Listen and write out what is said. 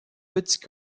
petits